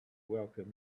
welcome